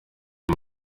uyu